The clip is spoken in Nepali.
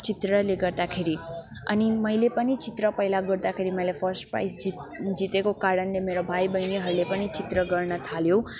चित्रले गर्दाखेरि अनि मैले पनि चित्र पहिला गर्दाखेरि मैले फर्स्ट प्राइज जित् जितेको कारणले मेरो भाइ बहिनीहरूले पनि चित्र गर्न थाल्यो